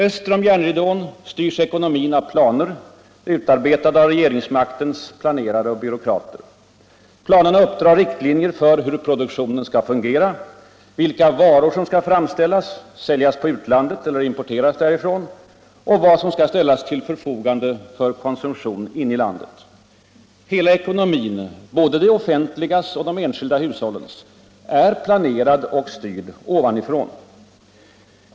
Öster om järnridån styrs ekonomin av planer, utarbetade av regeringsmaktens planerare och byråkrater. Planerna uppdrar riktlinjer för hur produktionen skall fungera, vilka varor som skall framställas, säljas på utlandet eller importeras därifrån och vad som skall ställas till förfogande för konsumtion inom landet. Hela ekonomin — både det offentligas och de enskilda hushållens — är planerad och styrd ovanifrån.